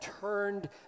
turned